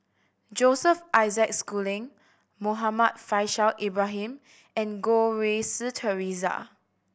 Joseph Isaac Schooling Muhammad Faishal Ibrahim and Goh Rui Si Theresa